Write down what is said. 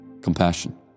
Compassion